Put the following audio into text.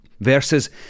verses